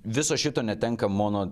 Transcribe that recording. viso šito netenka mono